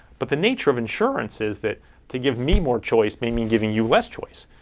but the nature of insurance is that to give me more choice may mean giving you less choice.